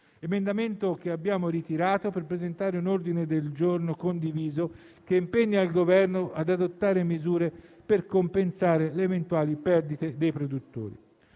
l'emendamento e abbiamo presentato un ordine del giorno condiviso che impegna il Governo ad adottare misure per compensare le eventuali perdite dei produttori.